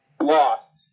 lost